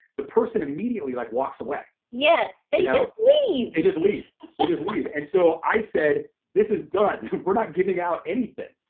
the person immediately like walks away. yes, they just you know leave! they just leave. they just leave. and so, i said, this is done. we're not giving out anything.